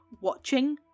watching